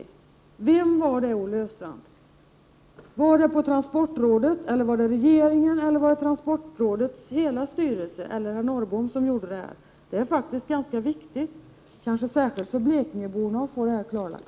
Var det transportrådet eller regeringen, hela transportrådets styrelse eller herr Norrbom? Det är faktiskt ganska viktigt, kanske särskilt för blekingeborna, att få detta klarlagt.